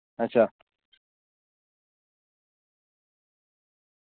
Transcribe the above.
अच्छा